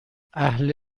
اهل